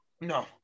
No